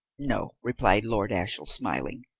no, replied lord ashiel, smiling.